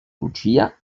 lucia